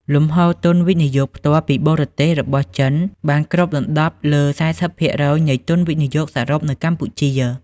លំហូរទុនវិនិយោគផ្ទាល់ពីបរទេស របស់ចិនបានគ្របដណ្ដប់លើសពី ៤០% នៃទុនវិនិយោគសរុបនៅកម្ពុជា។